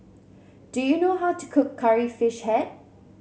do you know how to cook Curry Fish Head